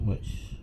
march